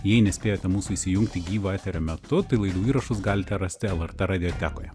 jei nespėjote mūsų įsijungti gyvo eterio metu tai laidų įrašus galite rasti lrt radiotekoje